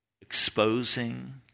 exposing